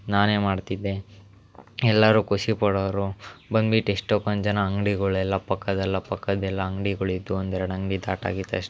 ನಾನೇ ಮಾಡ್ತಿದ್ದೆ ಎಲ್ಲರೂ ಖುಷಿ ಪಡೋವ್ರು ಬಂದ್ಬಿಟ್ಟು ಎಷ್ಟೋಕೊಂದ್ ಜನ ಅಂಗ್ಡಿಗಳೆಲ್ಲ ಪಕ್ಕದ್ದೆಲ್ಲ ಪಕ್ಕದ್ದೆಲ್ಲ ಅಂಗ್ಡಿಗಳ್ ಇದ್ದವು ಒಂದೆರಡು ಅಂಗಡಿ ಸ್ತಾಟ್ ಆಗಿದ್ದ ತಕ್ಷಣ